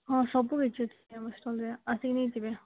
ହଁ ସବୁକିଛି ଅଛି ଆମ ଷ୍ଟଲ୍ରେ ଆସିକି ନେଇଯିବେ